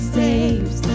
saves